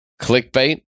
Clickbait